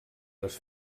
les